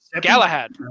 Galahad